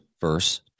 verse